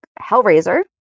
Hellraiser